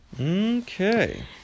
okay